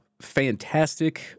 fantastic